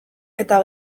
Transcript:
eta